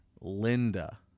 Linda